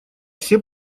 все